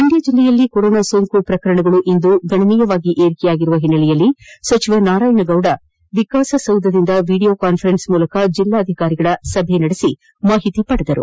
ಮಂಡ್ನದಲ್ಲಿ corona ಸೋಂಕು ಪ್ರಕರಣಗಳು ಇಂದು ಗಣನೀಯಾಗಿ ಏರಿಕೆಯಾಗಿರುವ ಓನ್ನೆಲೆಯಲ್ಲಿ ಸಚಿವ ನಾರಾಯಣಗೌಡ ಆವರು ವಿಕಾಸಸೌಧದಿಂದ ವಿಡಿಯೋ ಕಾನ್ನರೆನ್ಸ್ ಮೂಲಕ ಜಲ್ಲಾ ಅಧಿಕಾರಿಗಳ ಸಭೆ ನಡೆಸಿ ಮಾಹಿತಿ ಪಡೆದರು